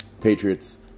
Patriots